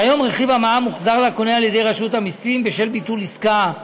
כיום רכיב המע"מ מוחזר לקונה על-ידי רשות המסים בשל ביטול עסקה.